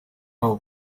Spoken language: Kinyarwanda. wabo